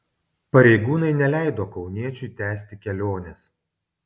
pareigūnai neleido kauniečiui tęsti kelionės